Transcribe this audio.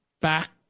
back